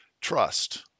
trust